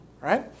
right